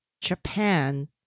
Japan